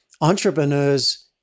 entrepreneurs